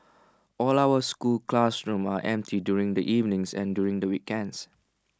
all our school classrooms are empty during the evenings and during the weekends